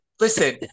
listen